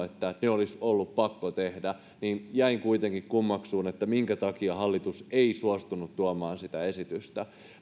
että ne olisi ollut pakko tehdä joten jäin kuitenkin kummaksumaan minkä takia hallitus ei suostunut tuomaan sitä esitystä